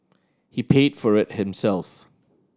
he paid for it himself